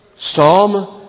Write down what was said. Psalm